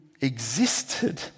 existed